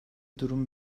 durum